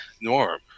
norm